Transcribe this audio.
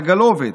סגלוביץ',